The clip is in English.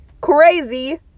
Crazy